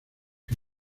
que